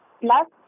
plus